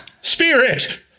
spirit